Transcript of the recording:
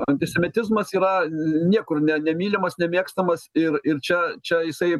antisemitizmas yra niekur ne nemylimas nemėgstamas ir ir čia čia jisai